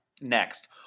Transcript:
Next